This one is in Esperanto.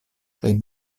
kaj